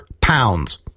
pounds